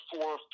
four